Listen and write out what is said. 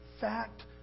fact